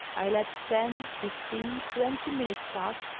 i let ten, fiftieen, twenty minutes pass,